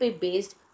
based